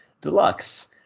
Deluxe